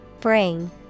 Bring